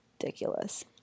Ridiculous